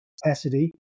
Capacity